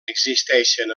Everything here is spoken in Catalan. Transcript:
existeixen